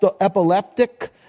epileptic